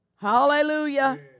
Hallelujah